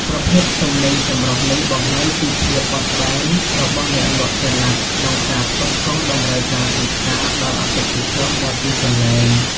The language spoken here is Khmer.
ប្រភេទទំនិញចម្រុះនេះបង្ហាញពីភាពបត់បែនរបស់អ្នកលក់ចល័តក្នុងការផ្គត់ផ្គង់តម្រូវការទីផ្សារដល់អតិថិជនដល់ទីកន្លែង។